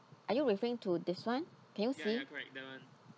are you referring to this one can you see